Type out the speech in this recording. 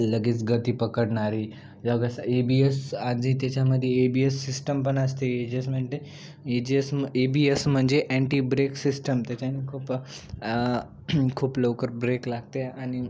लगेच गती पकडणारी लगेस ए बी एस्स आधी त्याच्यामध्ये ए बी एस सिस्टम पण असते आहे ए जी एस म्हंटे ए जी एस म् ए बी एस म्हणजे अँटी ब्रेक सिस्टम त्याच्याने खूप खूप लवकर ब्रेक लागते आहे आणि